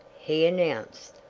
he announced.